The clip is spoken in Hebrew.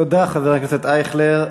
תודה, חבר הכנסת אייכלר.